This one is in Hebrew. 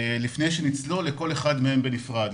לפני שנצלול לכל אחד מהם בנפרד,